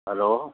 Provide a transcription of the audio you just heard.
hello